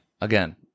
again